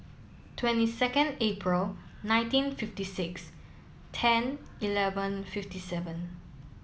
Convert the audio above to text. twenty second Apr nineteen fifty six ten eleven fifty seven